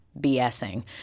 BSing